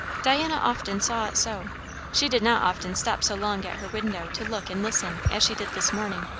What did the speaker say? diana often saw it so she did not often stop so long at her window to look and listen as she did this morning.